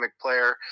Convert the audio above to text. player